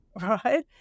right